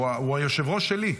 הוא היושב-ראש שלי.